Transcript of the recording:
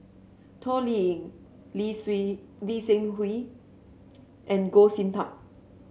Toh Liying Lee Lee Seng Wee and Goh Sin Tub